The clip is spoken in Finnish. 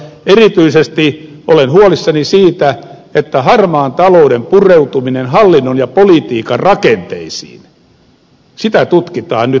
erityisesti olen huolissani siitä että harmaan talouden pureutumista hallinnon ja politiikan rakenteisiin tutkitaan nyt myös